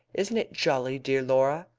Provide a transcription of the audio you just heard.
isn't it jolly, dear laura?